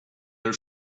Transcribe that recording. her